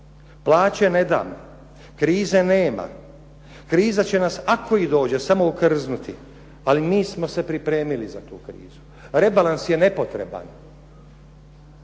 Plaće ne dam, krize nema, kriza će nas ako i dođe samo okrznuti ali mi smo se pripremili za tu krizu. Rebalans je nepotreban.